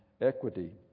equity